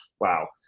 wow